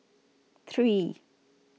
three